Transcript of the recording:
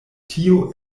tio